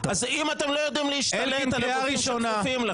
אז אם אתם לא יודעים להשתלט על גופים שכפופים לכם,